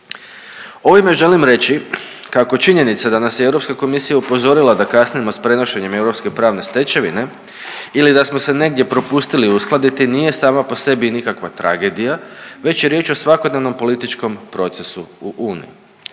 Ovime želim reći kako činjenice da nas je Europska komisija upozorila da kasnimo s prenošenjem europske pravne stečevine ili da smo se negdje propustili uskladiti nije sama po sebi nikakva tragedija već je riječ o svakodnevnom političkom procesu u Uniji.